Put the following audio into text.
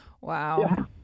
Wow